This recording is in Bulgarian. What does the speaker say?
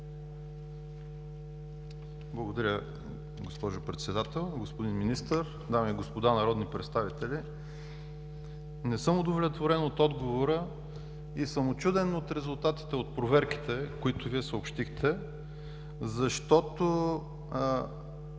Благодаря, госпожо Председател. Господин Министър, дами и господа народни представители! Не съм удовлетворен от отговора и съм учуден от резултатите от проверките, които Вие съобщихте, защото